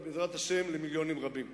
ובעזרת השם למיליונים רבים.